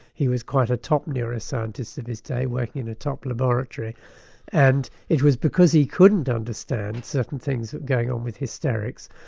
he was quite a top neuroscientist of his day, working at and a top laboratory and it was because he couldn't understand certain things going on with hysterics,